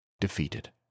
defeated